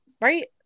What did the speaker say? Right